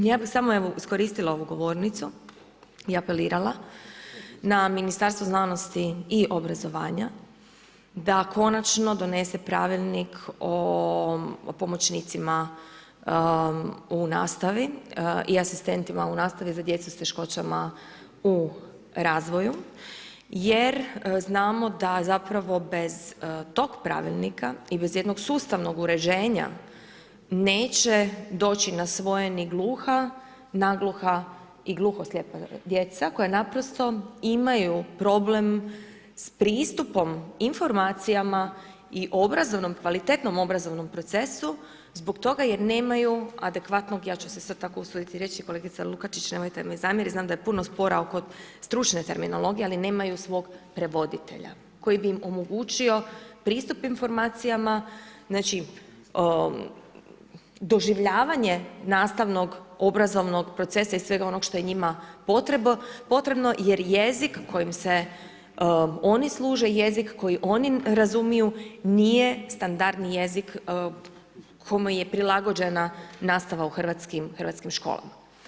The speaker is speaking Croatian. Ja bi samo evo iskoristila ovu govornicu i apelirala na Ministarstvo znanosti i obrazovanja da konačno donese pravilnik o pomoćnicima u nastavi i asistentima u nastavi za djecu sa teškoćama u razvoju jer znamo da zapravo bez tog pravilnika i bez jednog sustavnog uređenja neće doći na svoje ni gluha, nagluha i glupo-slijepa djeca koja naprosto imaju problem s pristupom informacijama i kvalitetnom obrazovnom procesu zbog toga jer nemaju adekvatnog, ja ću se sad tako usuditi reći, kolegice Lukačić, nemojte mi zamjeriti, znam da je puno spora oko stručne terminologije, ali nemaju svog prevoditelja koji bi im omogućio pristup informacijama, znači doživljavanje nastavnog obrazovnog procesa i svega ono što je njima potrebno jer jezik kojim se oni služe, jezik koji razumiju, nije standardni jezik kome je prilagođena nastava u hrvatskim školama.